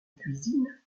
cuisine